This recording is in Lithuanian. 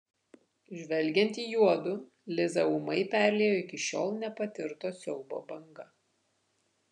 žvelgiant į juodu lizą ūmai perliejo iki šiol nepatirto siaubo banga